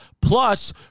plus